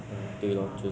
ah 在 trial